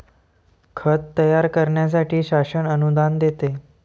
खत तयार करण्यासाठी शासन अनुदान देते